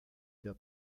der